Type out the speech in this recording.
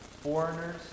foreigners